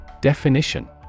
Definition